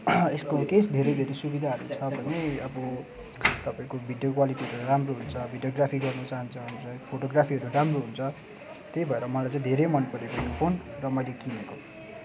यसको केस धेरै धेरै सुविधाहरू छ भने अब तपाईँको भिडियो क्वालिटीहरू राम्रो हुन्छ भिडियोग्राफी गर्न चाहन्छ भने चाहिँ फोटोग्राफीहरू राम्रो हुन्छ त्यही भएर मलाई चाहिँ धेरै मनपरेको यो फोन र मैले किनेको